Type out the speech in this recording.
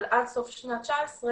אבל עד סוף שנת 19'